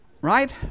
right